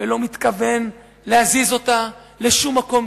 ולא מתכוון להזיז אותה לשום מקום,